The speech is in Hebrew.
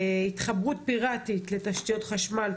התחברות פיראטית לתשתיות חשמל,